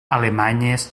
alemanyes